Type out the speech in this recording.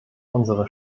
unsere